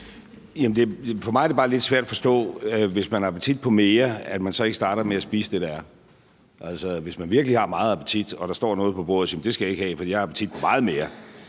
for mig er det bare lidt svært at forstå, at man ikke, hvis man har appetit på mere, starter med at spise det, der er, altså at man, hvis man virkelig har meget appetit, så til det, der står på bordet, siger: Det skal jeg ikke have, for jeg har appetit på meget mere.